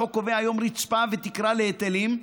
החוק קובע היום רצפה ותקרה להיטלים,